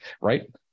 right